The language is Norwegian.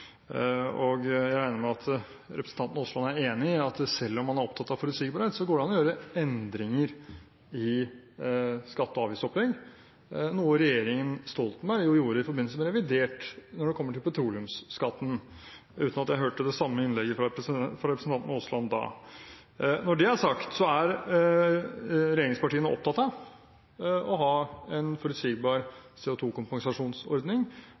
Jeg regner med at representanten Aasland er enig i at selv om man er opptatt av forutsigbarhet, går det an å gjøre endringer i skatte- og avgiftsopplegget, noe regjeringen Stoltenberg gjorde i forbindelse med revidert når det kom til petroleumsskatten – uten at jeg hørte det samme fra representanten Aasland da. Når det er sagt, er regjeringspartiene opptatt av å ha en